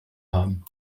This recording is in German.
haben